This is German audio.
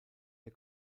der